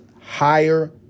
higher